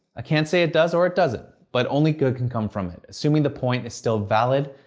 can't say it does or it doesn't. but only good can come from it, assuming the point is still valid,